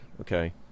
okay